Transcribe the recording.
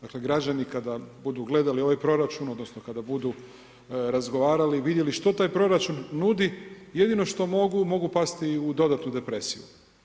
Dakle, građani kada budu gledali ovaj proračun, odnosno kada budu razgovarali, vidjeli što taj proračun nudi jedino što mogu, mogu pasti u dodatnu depresiju.